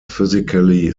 physically